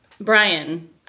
Brian